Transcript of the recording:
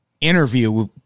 interview